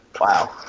Wow